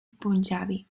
punjabi